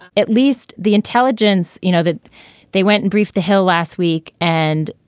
at least the intelligence, you know, that they went and briefed the hill last week and,